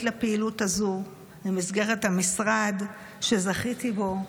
לפעילות הזו במסגרת המשרד שזכיתי בו,